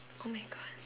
oh my god